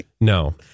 No